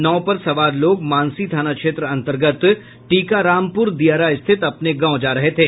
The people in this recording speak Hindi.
नाव पर सवार लोग मानसी थाना क्षेत्र अन्तर्गत टिकारामपुर दियारा स्थित अपने गांव जा रहे थे